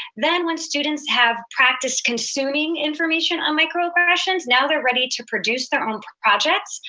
then when students have practiced consuming information on microaggressions, now they're ready to produce their own projects.